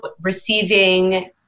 receiving